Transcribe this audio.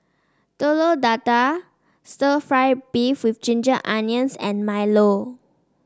Telur Dadah stir fry beef with Ginger Onions and milo